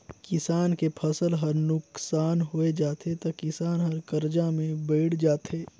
किसान के फसल हर नुकसान होय जाथे त किसान हर करजा में बइड़ जाथे